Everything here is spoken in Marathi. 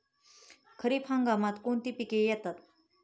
खरीप हंगामात कोणती पिके येतात?